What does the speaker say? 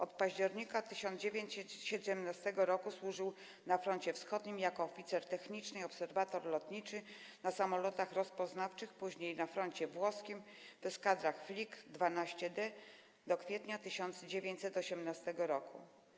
Od października 1917 r. służył na froncie wschodnim jako oficer techniczny i obserwator lotniczy na samolotach rozpoznawczych, a później - na froncie włoskim, w eskadrze Flik 12D, do kwietnia 1918 r.